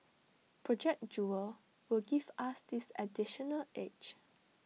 project jewel will give us this additional edge